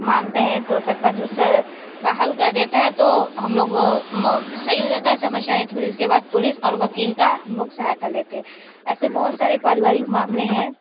मानते हैं तो सरपंच उसका हल कर देता है तो हम लोग सही हो जाता है समस्याएँ तो फिर उसके बाद पुलिस और वकील का लोग सहायता लेते है ऐसे बहुत सारे पारिवारिक मामले हैं